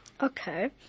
Okay